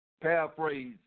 paraphrase